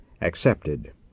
accepted